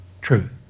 truth